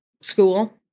school